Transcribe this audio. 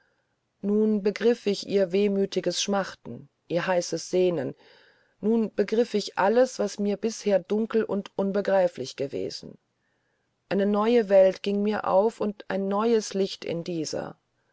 nun begriff ich ihr wehmüthiges schmachten ihr heißes sehnen nun begriff ich alles was mir bisher dunkel und unbegreiflich gewesen eine neue welt ging mir auf und ein neues licht in dieser